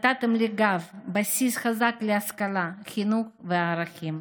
נתתם לי גב, בסיס חזק להשכלה, חינוך וערכים.